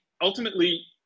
ultimately